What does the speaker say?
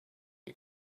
you